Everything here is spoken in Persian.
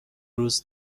روز